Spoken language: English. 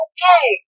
Okay